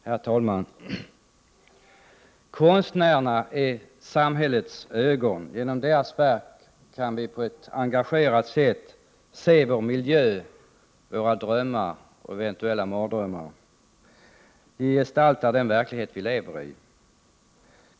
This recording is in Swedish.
Herr talman! Konstnärerna är samhällets ögon. Genom deras verk kan vi på ett engagerat sätt se vår miljö, våra drömmar och eventuella mardrömmar. De gestaltar den verklighet vi lever i.